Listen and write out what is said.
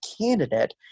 candidate